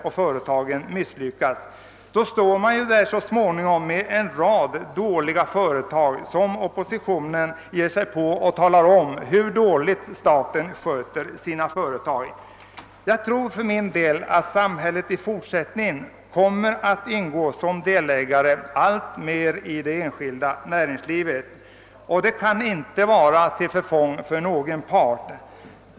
Då skulle samhället så småningom komma att står där med en rad dåliga företag, som gav oppositionen anledning till uttalanden om hur illa staten sköter sina företag. Jag tror för min del att samhället i fortsättningen alltmer kommer att ingå som delägare i det enskilda näringslivet. Det kan inte vara till förfång för någon part.